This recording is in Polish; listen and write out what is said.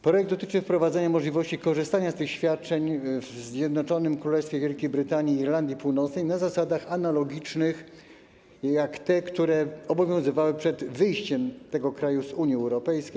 Projekt dotyczy wprowadzenia możliwości korzystania z tych świadczeń w Zjednoczonym Królestwie Wielkiej Brytanii i Irlandii Północnej na zasadach analogicznych do tych, które obowiązywały przed wyjściem tego kraju z Unii Europejskiej.